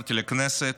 שנבחרתי לכנסת,